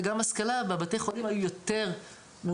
וגם השכלה בבתי החולים היו יותר מאושפזים